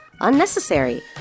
unnecessary